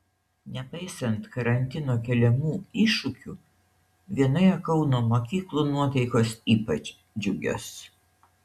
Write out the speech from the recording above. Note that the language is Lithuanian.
nepaisant karantino keliamų iššūkių vienoje kauno mokyklų nuotaikos ypač džiugios